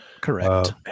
Correct